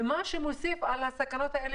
ומה שמוסיף על הסכנות האלה